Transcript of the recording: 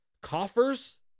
Coffers